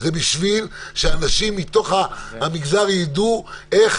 זה בשביל שאנשים מתוך המגזר ידעו איך